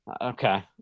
okay